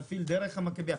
נפעיל דרך המכביה.